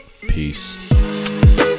Peace